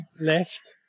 left